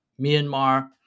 Myanmar